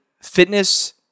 fitness